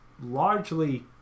largely